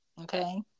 Okay